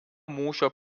mūšio